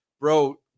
bro